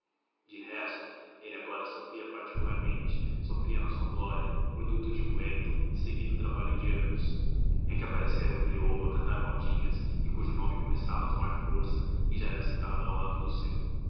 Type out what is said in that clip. de resto ele agora sofria particularmente sofria na sua glória produto de um lento e seguido trabalho de anos é que aparecera um crioulo a cantar modinhas e cujo nome começava a tomar força e já era citado ao lado do seu